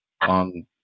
on